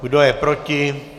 Kdo je proti?